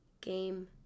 game